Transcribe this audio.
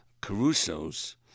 Caruso's